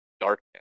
darkness